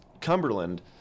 Cumberland